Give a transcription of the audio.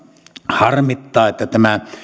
harmittaa että tämä